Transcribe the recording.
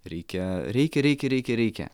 reikia reikia reikia reikia reikia